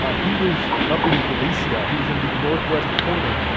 ah he was up in galicia, he was in the northwest corner,